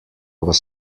was